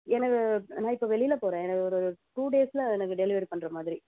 எனக்கு நான் இப்போ வெளியில் போறேன் எனக்கு ஒரு ஒரு டூடேஸில் எனக்கு டெலிவரி பண்ணுற மாதிரி